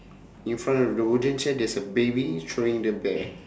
in front of the wooden chair there's a baby throwing the bear